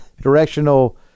directional